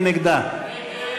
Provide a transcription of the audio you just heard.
מי נגדה?